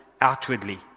outwardly